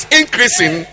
increasing